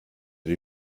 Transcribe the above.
die